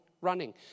running